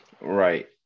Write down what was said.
Right